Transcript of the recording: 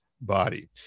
body